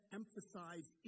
emphasize